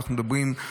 אנחנו מדברים,